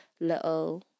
little